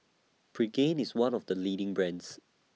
Pregain IS one of The leading brands